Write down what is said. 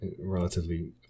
relatively